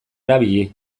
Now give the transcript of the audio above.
erabili